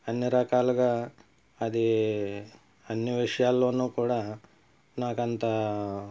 అన్ని రకాలుగా అది అన్ని విషయాల్లోనూ కూడా నాకు అంత